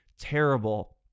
terrible